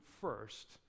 first